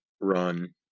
run